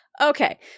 Okay